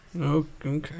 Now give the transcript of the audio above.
Okay